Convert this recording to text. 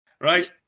Right